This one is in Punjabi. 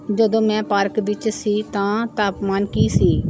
ਜਦੋਂ ਮੈਂ ਪਾਰਕ ਵਿੱਚ ਸੀ ਤਾਂ ਤਾਪਮਾਨ ਕੀ ਸੀ